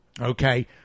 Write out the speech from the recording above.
okay